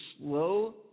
slow